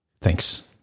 Thanks